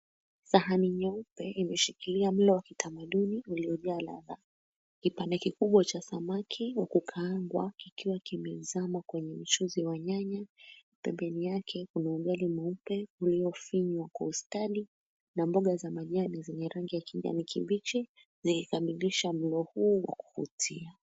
Sahani nyeupe imeshikilia mlo wa kitamaduni uliojaa ladha. Kipande kikubwa cha samaki wa kaangwa kikiwa kimezamwa kwenye mchuzi wa nyanya, pembeni yake kuna ugali mweupe uliofinywa kwa ustadi na mboga za majani zenye rangi ya kijani kibichi zikamilisha mlo huu wa kuvutia.